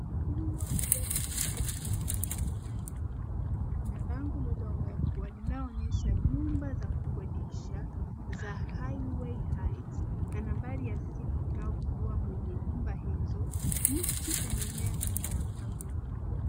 Ua uliotengenezwa kwa mabati ya kijani. Kuna bangu lilowekwa likionyesha nyumba za kukodisha za [highway heights] na nambari ya simu inayopigiwa mwenye nyumba hizo. mti umemea nyuma ya pango hilo.